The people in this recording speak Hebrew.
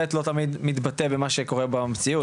ב' לא תמיד מתבטא במה שקורה במציאות.